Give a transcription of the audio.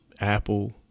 Apple